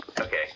Okay